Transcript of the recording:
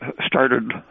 started